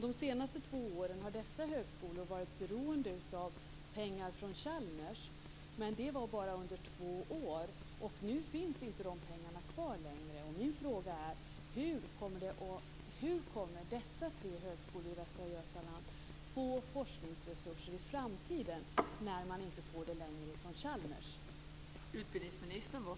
De senaste två åren har dessa högskolor varit beroende av pengar från Chalmers, men det var bara under två år. Nu finns de pengarna inte kvar längre. Min fråga är hur dessa tre högskolor i Västra Götaland kommer att få forskningsresurser i framtiden, när man inte längre får det från Chalmers.